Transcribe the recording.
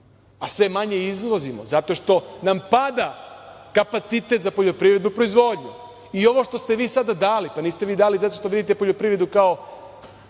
a sve manje izvozimo, zato što nam pada kapacitet za poljoprivrednu proizvodnju. Ovo što ste vi sada dali, niste vi dali zato što vidite poljoprivredu kao